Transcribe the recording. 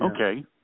Okay